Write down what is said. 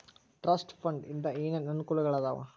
trust fund ಇಂದ ಏನೇನ್ ಅನುಕೂಲಗಳಾದವ